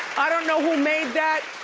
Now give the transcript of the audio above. i don't know who made that.